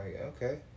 okay